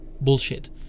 bullshit